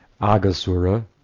Agasura